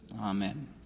amen